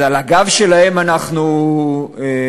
אז על הגב שלהם אנחנו יושבים?